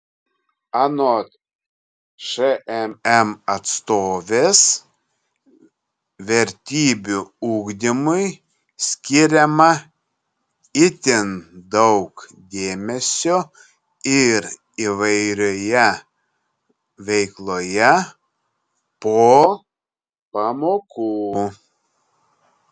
anot šmm atstovės vertybių ugdymui skiriama itin daug dėmesio ir įvairioje veikloje po pamokų